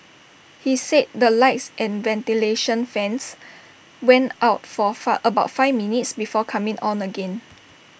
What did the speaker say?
he said the lights and ventilation fans went out for far about five minutes before coming on again